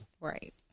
Right